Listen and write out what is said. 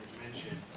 mentioned,